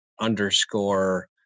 underscore